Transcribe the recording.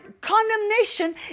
condemnation